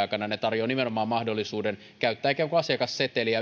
aikana tarjoavat nimenomaan mahdollisuuden yrityksille käyttää ikään kuin asiakasseteliä